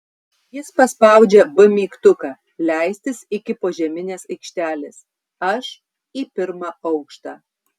jis paspaudžia b mygtuką leistis iki požeminės aikštelės aš į pirmą aukštą